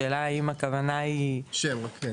השאלה האם הכוונה של